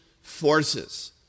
forces